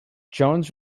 jones